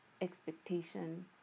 expectation